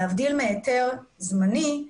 להבדיל מהיתר זמני,